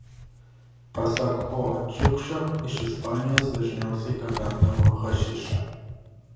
pasak o čiukšio iš ispanijos dažniausiai gabendavo hašišą